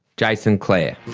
jason clare.